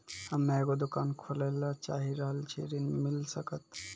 हम्मे एगो दुकान खोले ला चाही रहल छी ऋण मिल सकत?